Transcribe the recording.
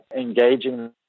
engaging